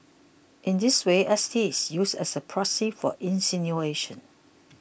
in this way S T is used as a proxy for insinuation